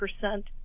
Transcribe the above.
percent